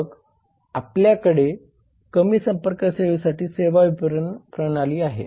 मग आपल्याकडे कमी संपर्क सेवेसाठी सेवा विपणन प्रणाली आहे